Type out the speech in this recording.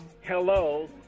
hello